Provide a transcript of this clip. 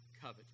covet